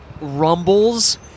rumbles